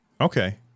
Okay